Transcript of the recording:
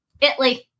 Italy